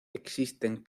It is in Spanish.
existen